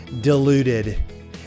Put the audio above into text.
diluted